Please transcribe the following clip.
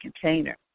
container